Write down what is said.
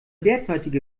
derzeitige